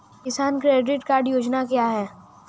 किसान credit card योजना क्या है?